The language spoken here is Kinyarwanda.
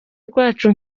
rwacu